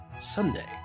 Sunday